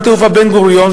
נמל התעופה בן-גוריון,